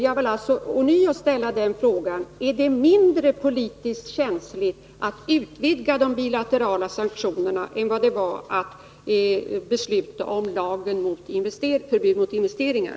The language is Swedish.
Jag vill alltså ånyo ställa frågan: Är det politiskt mindre känsligt att utvidga de bilaterala sanktionerna än vad det var att besluta om lagen om förbud mot investeringar?